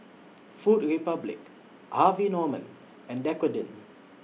Food Republic Harvey Norman and Dequadin